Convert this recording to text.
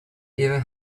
either